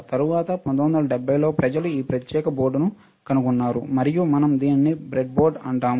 తరువాత 1970 లో ప్రజలు ఈ ప్రత్యేక బోర్డును కనుగొన్నారు మరియు మనం దీనిని బ్రెడ్బోర్డ్ అంటారు